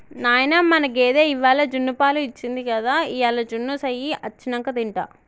నాయనా మన గేదె ఇవ్వాల జున్నుపాలు ఇచ్చింది గదా ఇయ్యాల జున్ను సెయ్యి అచ్చినంక తింటా